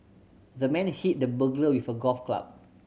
the man hit the burglar with a golf club